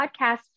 podcast